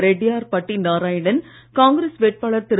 Rettiyarpatti Narayanan Congress வேட்பாளர் திரு